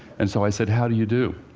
and so i said, how do you do?